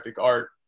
art